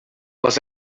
was